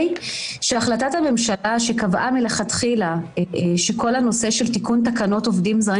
שהחלטת הממשלה שקבעה מלכתחילה שכל הנושא של תיקון תקנות עובדים זרים